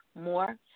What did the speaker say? more